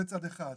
זה צד אחד.